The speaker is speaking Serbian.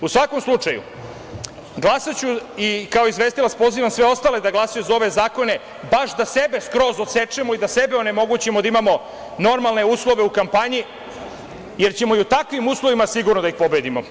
U svakom slučaju, glasaću i kao izvestilac pozivam sve ostale da glasaju za ove zakone baš da sebe skroz odsečemo i da sebe onemogućimo, da imamo normalne uslove u kampanji jer ćemo i u takvim uslovima sigurno da ih pobedimo.